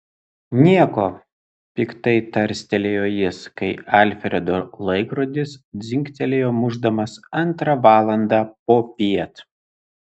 nieko piktai tarstelėjo jis kai alfredo laikrodis dzingtelėjo mušdamas antrą valandą popiet